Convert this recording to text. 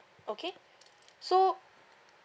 okay so